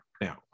Now